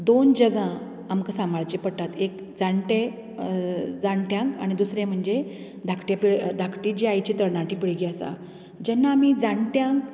दोन जगां आमकां साभांळची पडटा एक जांटे जाणट्यांक आनी दुसरे म्हणजे धाकटे पिळ धाकटी जी आयची तरनाटी पिळगी आसा जेन्ना आमी जाणट्यांक